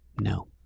No